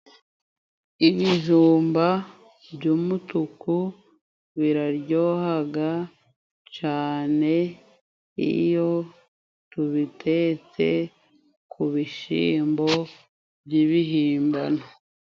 Ibijumba by'umutuku biraryohaga cane, iyo tubitetse ku bishimbo by'ibihimbano.